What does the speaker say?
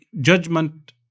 judgment